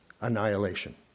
annihilation